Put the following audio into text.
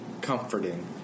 comforting